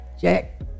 Jack